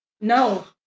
No